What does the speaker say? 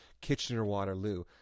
Kitchener-Waterloo